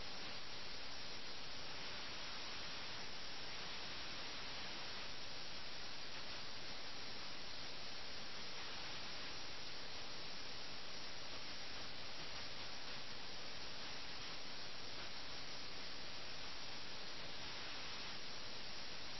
അതാണ് കഥാകാരന്റെ അഭിപ്രായം ആഖ്യാതാവ് വളരെ പരുഷമായി വളരെ പരിഹാസത്തോടെ ഈ രണ്ട് കഥാപാത്രങ്ങളെയും അദ്ദേഹം തുറന്ന് വിമർശിക്കുന്നു